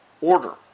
order